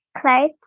Clothes